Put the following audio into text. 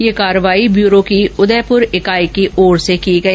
ये कार्रवाई ब्यूरो की उदयपुर इकाई की ओर से की गई